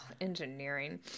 engineering